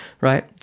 right